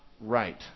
right